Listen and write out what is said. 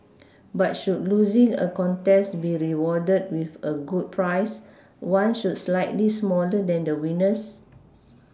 but should losing a contest be rewarded with a good prize one should slightly smaller than the winner's